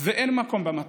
ואין מקום במטוס.